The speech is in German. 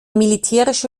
militärische